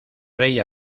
rey